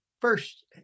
first